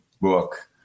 book